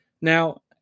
Now